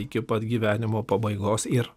iki pat gyvenimo pabaigos ir